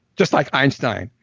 just like einstein,